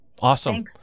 Awesome